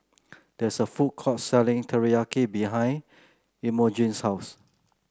there is a food court selling Teriyaki behind Imogene's house